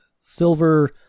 silver